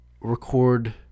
record